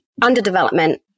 underdevelopment